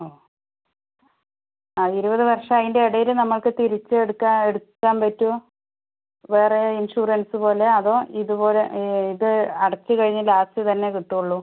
ഓ ആ ഇരുപതു വർഷം അതിൻ്റെ ഇടയില് നമുക്ക് തിരിച്ച് എടുക്കാൻ എടുക്കാൻ പറ്റുമോ വേറെ ഇൻഷുറൻസു പോലെ അതോ ഇതുപോലെ ഇത് അടച്ചു കഴിഞ്ഞു ലാസ്റ്റ് തന്നെ കിട്ടുള്ളൂ